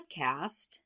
podcast